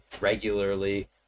regularly